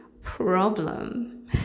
problem